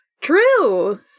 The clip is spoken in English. True